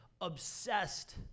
obsessed